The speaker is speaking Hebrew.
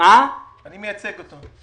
אני מייצג אותו.